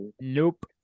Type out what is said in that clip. nope